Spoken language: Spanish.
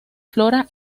flora